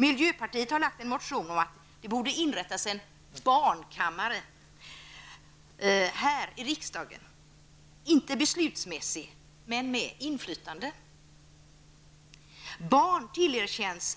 Miljöpartiet har väckt en motion om att det borde inrättas en ''barnkammare'' här i riksdagen -- inte beslutsmässig men med inflytande. Barn tillerkänns